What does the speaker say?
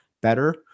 better